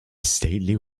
stately